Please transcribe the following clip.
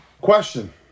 Question